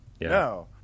No